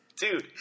Dude